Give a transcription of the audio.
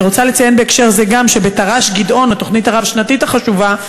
אני רוצה לציין בהקשר זה גם שבתר"ש "גדעון" התוכנית הרב-שנתית החשובה,